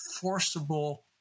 forcible